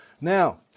Now